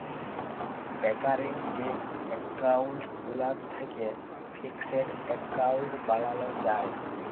recurring যে account গুলান থ্যাকে ফিকসেড এক্কাউল্ট বালালো যায়